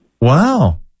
Wow